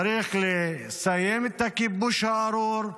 צריך לסיים את הכיבוש הארור,